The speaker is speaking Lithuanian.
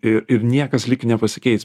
ir ir niekas lyg nepasikeis